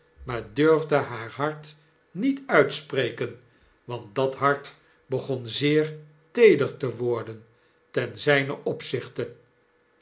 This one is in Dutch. maar durfde haar hart niet uitspreken want dat hart begon zeer teeder te worden ten zijnen opzichte